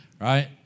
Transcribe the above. right